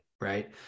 right